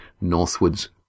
northwards